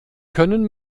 können